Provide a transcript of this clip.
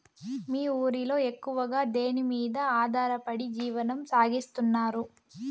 మీ ఊరిలో ఎక్కువగా దేనిమీద ఆధారపడి జీవనం సాగిస్తున్నారు?